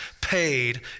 paid